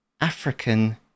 African